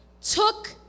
took